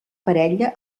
parella